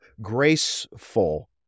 graceful